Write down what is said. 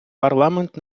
парламент